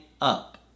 up